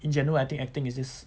in general I think acting is just